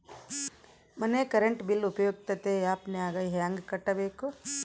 ಮನೆ current bill ಉಪಯುಕ್ತತೆ app ನಾಗ ಹೆಂಗ ಕಟ್ಟಬೇಕು?